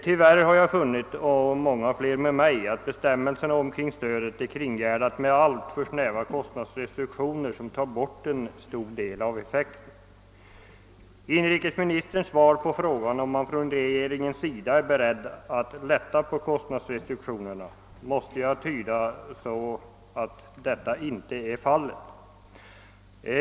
Tyvärr har jag och många fler med mig funnit att bestämmelserna i fråga om stödet är kringgärdade med alltför snäva kostnadsrestriktioner som tar bort en stor del av effekten. Inrikesministerns svar på frågan om -.man från regeringens sida är beredd att lätta på kostnadsrestriktionerna måste jag tyda så att detta icke är fallet.